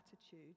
attitude